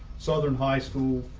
southern high school,